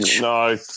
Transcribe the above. No